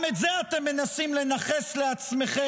גם את זה אתם מנסים לנכס לעצמכם,